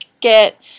get